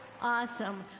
awesome